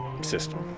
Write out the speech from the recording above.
system